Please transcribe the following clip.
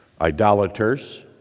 idolaters